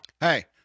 Hey